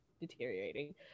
deteriorating